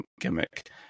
Gimmick